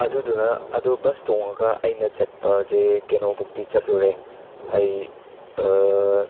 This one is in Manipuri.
ꯑꯗꯨꯗꯨꯅ ꯑꯗꯣ ꯕꯁ ꯇꯣꯡꯉꯒ ꯑꯩꯅ ꯆꯠꯄꯁꯦ ꯑꯩꯅꯣꯕꯧꯇꯤ ꯆꯠꯂꯨꯔꯦ ꯑꯩ